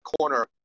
corner